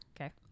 Okay